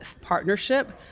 partnership